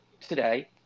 today